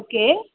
okay